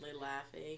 laughing